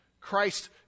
Christ